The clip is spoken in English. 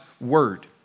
word